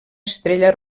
estrella